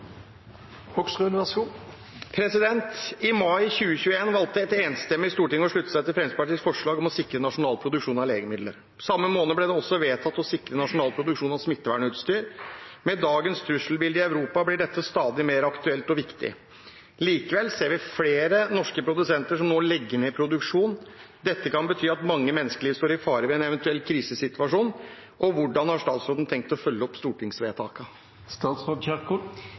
Fremskrittspartiets forslag om å sikre nasjonal produksjon av legemidler. Samme måned ble det også vedtatt å sikre nasjonal produksjon av smittevernutstyr. Med dagens trusselbilde i Europa blir dette stadig mer aktuelt og viktig. Likevel ser vi flere norske produsenter som nå legger ned produksjonen. Dette kan bety at mange menneskeliv står i fare ved en eventuell krisesituasjon. Hvordan har statsråden tenkt å følge opp